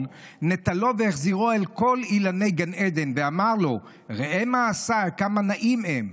נטלו והחזירו אל כל אילני גן עדן ואמר לו: ראה מעשיי כמה נאים הם,